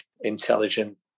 intelligent